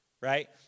Right